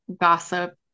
gossip